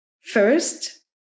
first